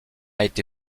été